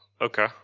Okay